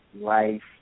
life